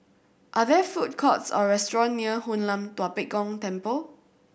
are there food courts or restaurant near Hoon Lam Tua Pek Kong Temple